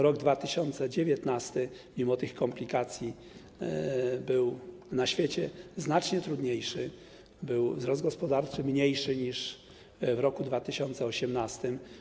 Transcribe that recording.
Rok 2019 mimo tych komplikacji był na świecie znacznie trudniejszy, był wtedy wzrost gospodarczy mniejszy niż w roku 2018.